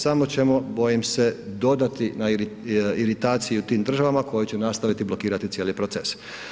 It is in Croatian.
Samo ćemo bojim se dodati na iritaciji u tim državama koje će nastaviti blokirati cijeli proces.